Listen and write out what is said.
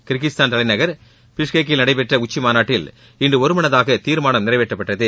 Kyrgyzstan தலைநகர் பிஷ்கெக்கில் நடைபெற்ற உச்சிமாநாட்டில் இன்று ஒருமனதாக தீர்மானம் நிறைவேற்றப்பட்டது